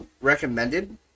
recommended